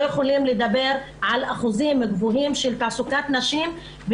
נוכל לדבר על אחוזים גבוהים של תעסוקת נשים.